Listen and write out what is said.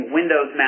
Windows